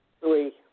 Three